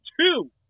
two